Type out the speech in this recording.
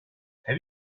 have